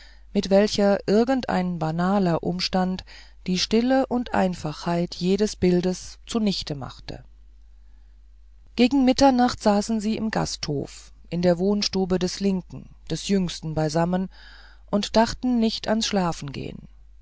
mit welcher irgend ein banaler umstand die stille und einfachheit jedes bildes zu nichte machte gegen mitternacht saßen sie im gasthof in der wohnstube des linken des jüngsten beisammen und dachten nicht ans schlafengehen